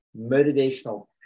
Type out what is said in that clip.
motivational